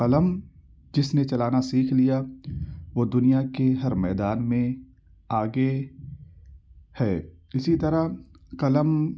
قلم جس نے چلانا سیکھ لیا وہ دنیا کے ہر میدان میں آگے ہے اسی طرح قلم